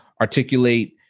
articulate